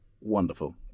wonderful